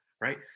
right